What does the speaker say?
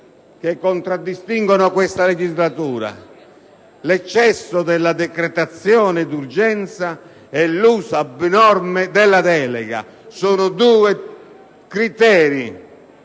che contraddistinguono questa legislatura: l'eccesso della decretazione d'urgenza e l'uso abnorme della delega. Si tratta